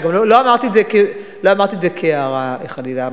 לא אמרתי את זה כהערה, חלילה.